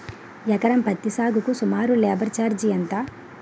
ఎకరం పత్తి సాగుకు సుమారు లేబర్ ఛార్జ్ ఎంత?